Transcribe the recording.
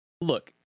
Look